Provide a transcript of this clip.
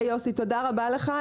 יוסי, תודה רבה לך.